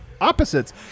opposites